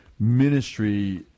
Ministry